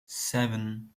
seven